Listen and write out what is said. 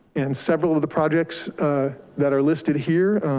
and several of the projects that are listed here,